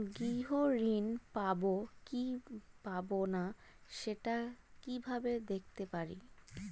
গৃহ ঋণ পাবো কি পাবো না সেটা কিভাবে দেখতে পারি?